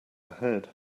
ahead